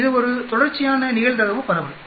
இது ஒரு தொடர்ச்சியான நிகழ்தகவு பரவல்